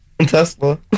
Tesla